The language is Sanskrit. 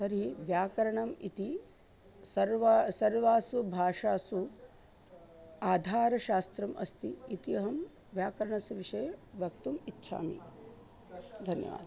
तर्हि व्याकरणम् इति सर्वा सर्वासु भाषासु आधारशास्त्रम् अस्ति इति अहं व्याकरणस्य विषये वक्तुम् इच्छामि धन्यवादाः